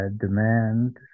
demand